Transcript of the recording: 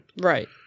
Right